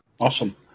Awesome